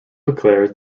declares